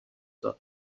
داد